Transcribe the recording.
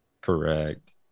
Correct